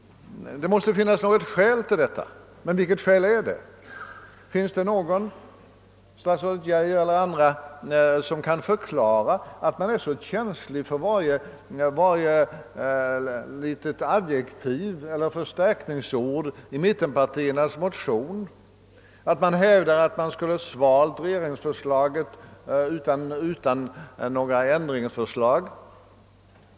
Det måste finnas något skäl, men vilket? Finns det någon, statsrådet Geijer eller andra, som kan förklara varför man är så känslig för varje litet adjektiv eller förstärkningsord i mittenpartiernas motion, och varför man hävdar att regeringsförslaget borde ha accepterats utan några ändringar?